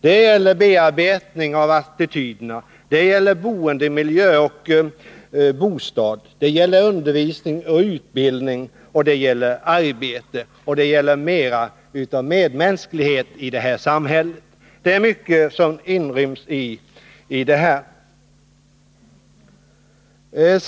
Det gäller bearbetning av attityderna, det gäller boendemiljö och bostad, undervisning och utbildning, arbete och mer av medmänsklighet i vårt samhälle. Det är mycket som inryms i detta.